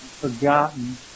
Forgotten